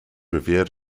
revered